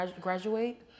graduate